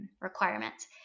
requirements